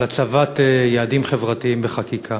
על הצבת יעדים חברתיים בחקיקה.